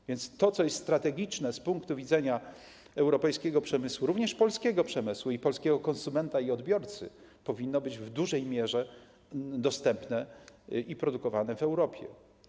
A więc to, co jest strategiczne z punktu widzenia europejskiego przemysłu, również polskiego przemysłu, polskiego konsumenta i odbiorcy, w dużej mierze powinno być dostępne i produkowane w Europie.